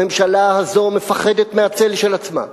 הממשלה הזאת מפחדת מהצל של עצמה,